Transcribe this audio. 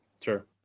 sure